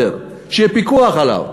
שיהיה פיקוח עליהם.